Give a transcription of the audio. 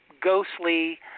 ghostly